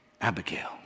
Abigail